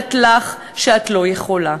שאומרת לך ש"את לא יכולה",